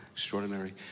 Extraordinary